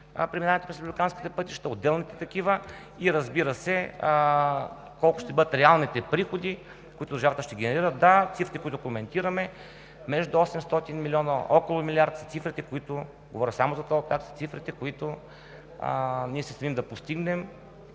преминаването през републиканските пътища, отделните такива и, разбира се, колко ще бъдат реалните приходи, които държавата ще генерира. Да, цифри, които коментираме – между 800 милиона, около милиард са цифрите – говоря само за тол такси, които ние се стремим да постигнем